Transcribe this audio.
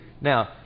Now